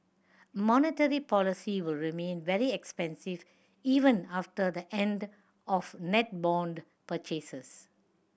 monetary policy will remain very expansive even after the end of net bond purchases